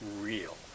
real